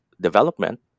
development